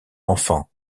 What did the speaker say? enfants